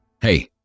hey